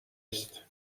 است